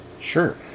Sure